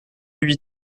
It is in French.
huit